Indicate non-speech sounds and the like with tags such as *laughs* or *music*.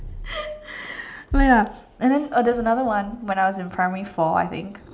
*laughs* ya and then uh there's another one when I was in primary four I think